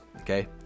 okay